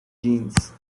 genes